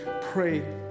Pray